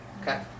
Okay